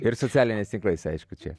ir socialiniais tinklais aišku čia